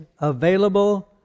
available